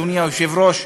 אדוני היושב-ראש,